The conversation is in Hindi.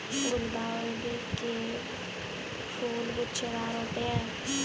गुलदाउदी के फूल गुच्छेदार होते हैं